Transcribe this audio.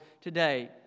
today